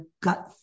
gut